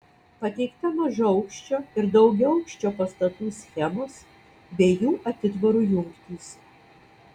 pateikta mažaaukščio ir daugiaaukščio pastatų schemos bei jų atitvarų jungtys